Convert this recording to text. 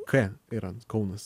k yra kaunas